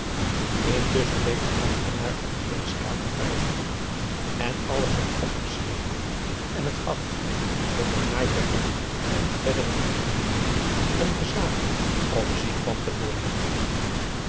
intusschen deed de ambtenaar van de weeskamer verder zijn plicht en alles werd opgeschreven en het gaf vonden njai peraq en de verdere familie aum boe akar eel leden een gezanik om ziek van te worden